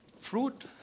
fruit